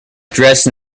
dressed